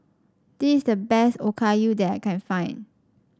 this is the best Okayu that I can find